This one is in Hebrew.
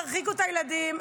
תרחיקו את הילדים,